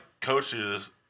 coaches